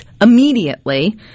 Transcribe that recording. immediately